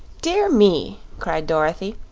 dear me! cried dorothy.